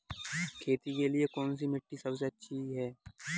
खेती के लिए कौन सी मिट्टी सबसे अच्छी है?